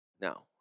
now